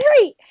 great